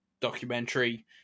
documentary